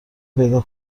پیدا